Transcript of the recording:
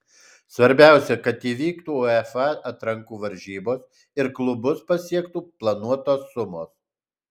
svarbiausia kad įvyktų uefa atrankų varžybos ir klubus pasiektų planuotos sumos